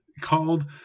called